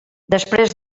després